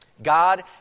God